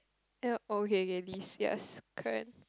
ya okay okay this yes correct